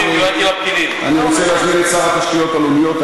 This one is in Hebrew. אני רוצה להזמין את שר התשתיות הלאומיות,